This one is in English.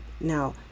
now